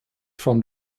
from